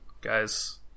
guys